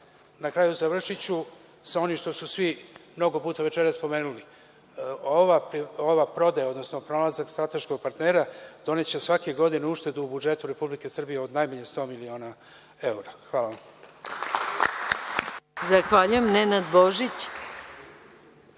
kraju završiću sa onim što su svi mnogo puta večeras spomenuli. Ova prodaja, odnosno pronalazak strateškog partnera doneće svake godine uštedu budžetu Republike Srbije od najmanje 100 miliona evra. Hvala.